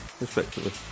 respectively